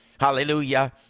Hallelujah